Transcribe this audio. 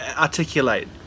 Articulate